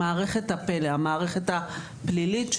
במערכת הפל"א, המערכת הפלילית.